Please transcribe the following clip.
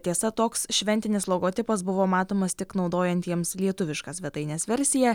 tiesa toks šventinis logotipas buvo matomas tik naudojantiems lietuvišką svetainės versiją